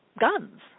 guns